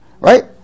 right